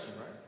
right